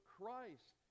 Christ